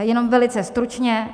Jenom velice stručně.